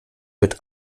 wird